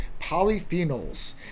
polyphenols